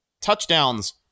touchdowns